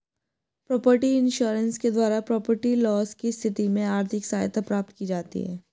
property insurance के द्वारा property loss की स्थिति में आर्थिक सहायता प्राप्त की जाती है